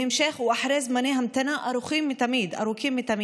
בהמשך הוערכו זמני המתנה ארוכים מתמיד.